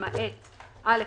למעט: (א).